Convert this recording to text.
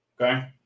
Okay